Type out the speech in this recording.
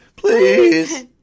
Please